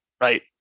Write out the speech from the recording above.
right